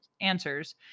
answers